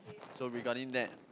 so regarding that